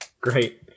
Great